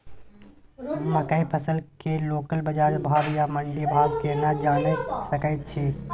मकई फसल के लोकल बाजार भाव आ मंडी भाव केना जानय सकै छी?